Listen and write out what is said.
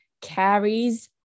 carries